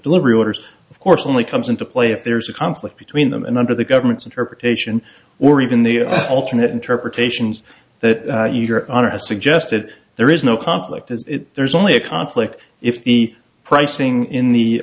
delivery orders of course only comes into play if there's a conflict between them and under the government's interpretation or even the alternate interpretations that your honor has suggested there is no conflict as there's only a conflict if the pricing in the